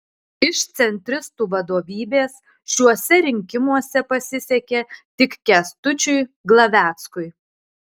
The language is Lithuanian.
iš centristų vadovybės šiuose rinkimuose pasisekė tik kęstučiui glaveckui